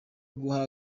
guha